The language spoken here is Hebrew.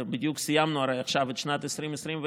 בדיוק סיימנו הרי עכשיו את שנת 2021,